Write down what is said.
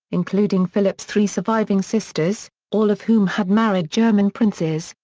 including philip's three surviving sisters, all of whom had married german princes,